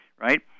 right